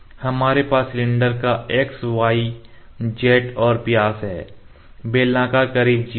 हमारे पास सिलेंडर का x y z और व्यास है बेलनाकार करीब 0 है